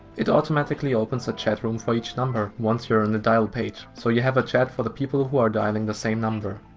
it automatically opens a chat room for each scammer number once you're on the dialpage so you have a chat for the people who are dialing the same number.